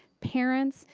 parents,